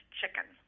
chicken